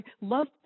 love